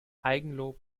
eigenlob